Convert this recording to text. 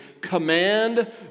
command